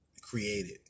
created